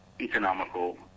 economical